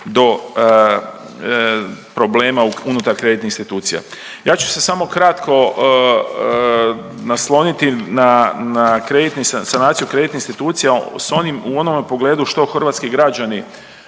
do problema unutar kreditnih institucija. Ja ću se samo kratko nasloniti na sanaciju kreditnih institucija u onome pogledu što hrvatski građani